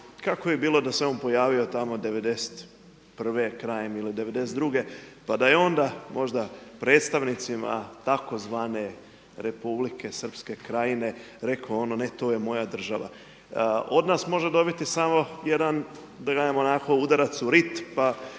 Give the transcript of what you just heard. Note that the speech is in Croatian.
kako bi bilo da se on pojavio tamo '91. krajem ili '92. pa da je onda možda predstavnicima tzv. Republike Srpske krajine rekao ne to je moja država. Od nas može dobiti samo jedan da kažem onako udarac u rit, pa